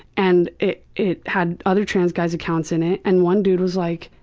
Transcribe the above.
and it it had other trans guys accounts in it and one dude was like,